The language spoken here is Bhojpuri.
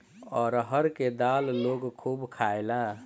अरहर के दाल लोग खूब खायेला